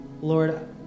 Lord